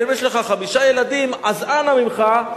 ואם יש לך חמישה ילדים אז אנא ממך,